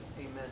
Amen